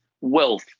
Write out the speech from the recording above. wealth